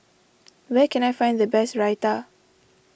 where can I find the best Raita